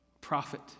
prophet